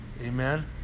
Amen